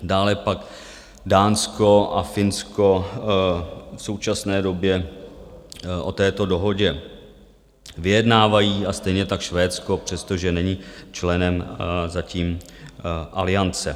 Dále pak Dánsko a Finsko v současné době o této dohodě vyjednávají a stejně tak Švédsko, přestože není členem zatím Aliance.